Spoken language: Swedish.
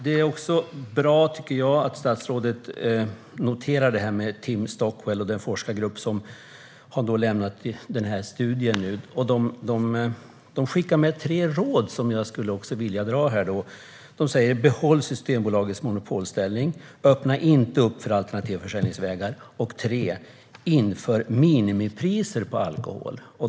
Det är bra att statsrådet har noterat Tim Stockwell och den forskargrupp som nu har lämnat sin studie. De skickar med tre råd som jag skulle vilja nämna här. De säger: Behåll Systembolagets monopolställning, öppna inte upp för alternativa försäljningsvägar och inför minimipriser på alkohol!